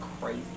crazy